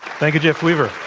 thank you, jeff weaver.